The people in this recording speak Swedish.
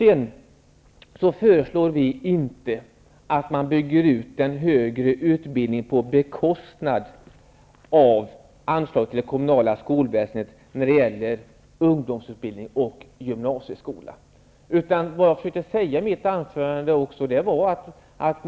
Vi föreslår inte att man bygger ut den högre utbildningen på bekostnad av anslaget till ungdomsutbildning och gymnasieskola inom det kommunala skolväsendet.